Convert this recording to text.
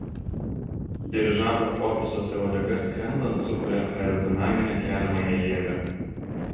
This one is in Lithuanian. dirižablio korpusas ir uodega skrendant sukuria aerodinaminę keliamąją jėgą